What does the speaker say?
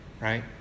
Right